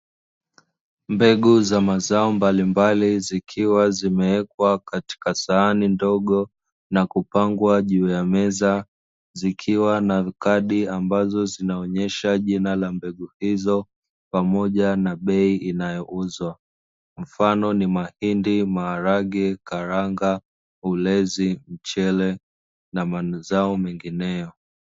Mbegu za mazao mbalimbali zikiwa zimewekwa katika sahani ndogo na kupangwa juu ya meza, zikiwa na kadi ambazi zinaonyesha jina la mbegu hizo pamoja na bei inayouzwa mafano ni mahindi, maharage, karanga, ulezi, mchele na mazao mengineyo.